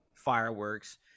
Fireworks